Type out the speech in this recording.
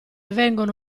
vengono